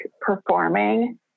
performing